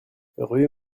rue